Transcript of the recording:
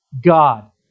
God